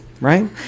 right